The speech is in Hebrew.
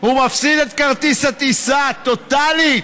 הוא מפסיד את כרטיס הטיסה טוטלית,